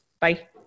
Bye